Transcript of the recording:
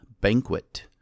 Banquet